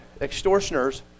extortioners